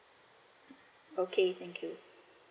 okay thank you